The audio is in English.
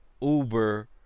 Uber